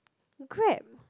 grab